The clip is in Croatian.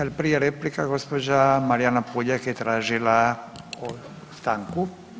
Ali prije replika gospođa Marijana Puljak je tražila stanku.